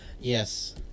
Yes